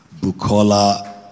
Bukola